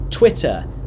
Twitter